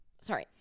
Sorry